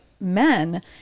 men